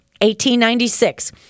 1896